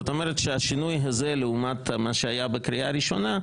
זאת אומרת שהשינוי הזה לעומת מה שהיה בקריאה הראשונה,